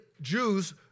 Jews